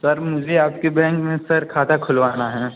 sir मुझे आपके bank में सर खाता खुलवाना है